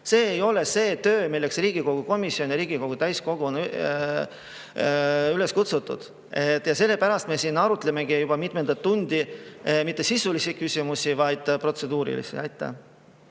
See ei ole see töö, milleks Riigikogu komisjon ja Riigikogu täiskogu on ellu kutsutud. Ja sellepärast me arutamegi siin juba mitmendat tundi mitte sisulisi küsimusi, vaid protseduurilisi. Ma